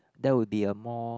that would be a more